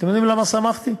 אתם יודעים למה שמחתי?